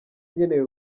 nkeneye